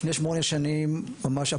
לפני שמונה שנים ממש,